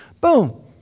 boom